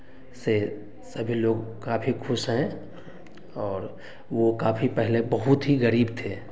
से सभी लोग काफ़ी खुश हैं और वह काफ़ी पहले बहुत ही गरीब थे